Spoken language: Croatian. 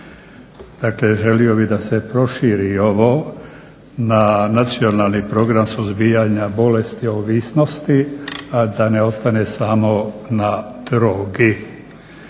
Dakle, želi bi da se proširi ovo na nacionalni program suzbijanja bolesti ovisnosti, a da ne ostane samo na drogi.